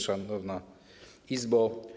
Szanowna Izbo!